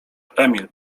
emil